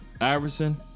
Iverson